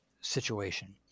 situation